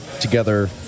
together